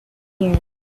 years